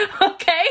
Okay